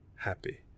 happy